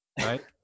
Right